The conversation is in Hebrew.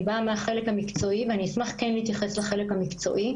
אני באה מהחלק המקצועי ואני אשמח להתייחס לחלק המקצועי.